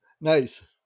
Nice